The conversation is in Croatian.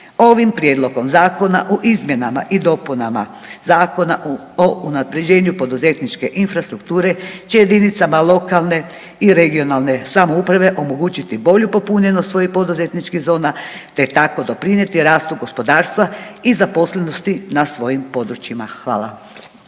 Ovim Prijedlogom Zakona u izmjenama i dopunama Zakona o unapređenju poduzetničke infrastrukture će jedinicama lokalne i regionalne samouprave omogućiti bolju popunjenost svojih poduzetničkih zona te tako doprinijeti rastu gospodarstva i zaposlenosti na svojim područjima. Hvala.